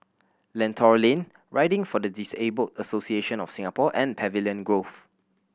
Lentor Lane Riding for the Disabled Association of Singapore and Pavilion Grove